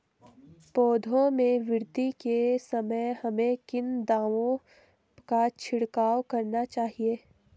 पौधों में वृद्धि के समय हमें किन दावों का छिड़काव करना चाहिए?